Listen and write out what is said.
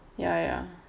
ya ya